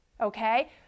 okay